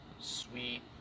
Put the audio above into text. sweet